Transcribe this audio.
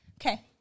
Okay